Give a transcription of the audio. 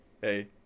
Hey